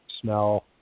smell